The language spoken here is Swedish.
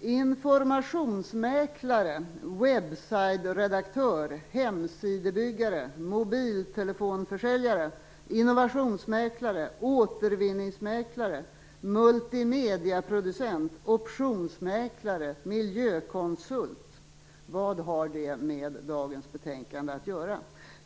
Informationsmäklare, webbsideredaktör, hemsidebyggare, mobiltelefonförsäljare, innovationsmäklare, återvinningsmäklare, multimediaproducent, optionsmäklare, miljökonsult - vad har det med dagens betänkande att göra?